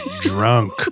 drunk